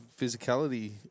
physicality